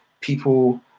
people